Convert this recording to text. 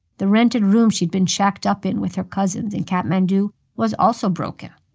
the rented room she'd been shacked up in with her cousins in kathmandu was also broken.